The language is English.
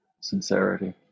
sincerity